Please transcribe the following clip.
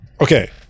Okay